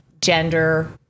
gender